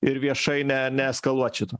ir viešai ne neeskaluot šito